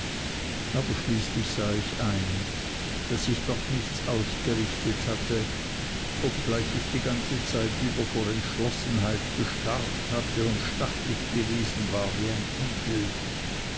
aber schließlich sah ich ein daß ich doch nichts ausgerichtet hatte obgleich ich die ganze zeit über vor entschlossenheit gestarrt hatte und stachlig gewesen war wie ein igel